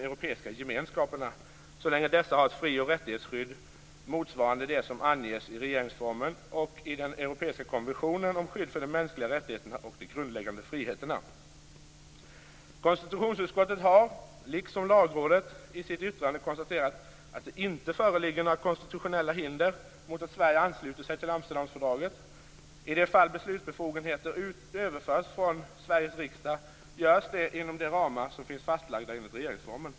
Europeiska gemenskaperna så länge dessa har ett frioch rättighetsskydd motsvarande det som anges i regeringsformen och i den europeiska konventionen om skydd för de mänskliga rättigheterna och de grundläggande friheterna. Konstitutionsutskottet har, liksom Lagrådet, i sitt yttrande konstaterat att det inte föreligger några konstitutionella hinder mot att Sverige ansluter sig till Amsterdamfördraget. I de fall beslutsbefogenheter överförs från Sveriges riksdag görs det inom de ramar som finns fastlagda enligt regeringsformen.